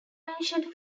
mentioned